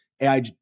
AI